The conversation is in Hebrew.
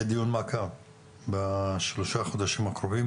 יהיה דיון מעקב בשלושה חודשים הקרובים,